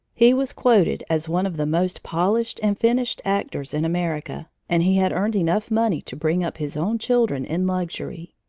he was quoted as one of the most polished and finished actors in america and he had earned enough money to bring up his own children in luxury.